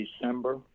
December